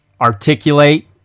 Articulate